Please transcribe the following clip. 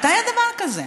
מתי היה דבר כזה?